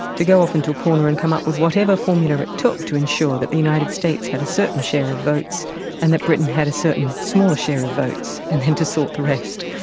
to go off into a corner and come up with whatever formula it took to ensure that the united states had a certain share of votes and that britain had a certain smaller share of votes, and then to sort the rest.